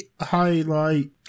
highlight